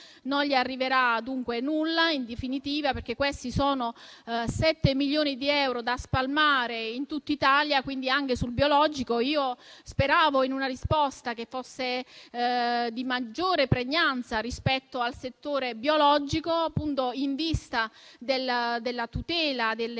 Non gli arriverà dunque nulla, in definitiva, perché questi sono 7 milioni di euro da spalmare in tutta Italia. Anche sul biologico speravo in una risposta che fosse di maggiore pregnanza rispetto a questo settore, in vista della tutela dei